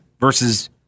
versus